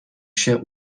się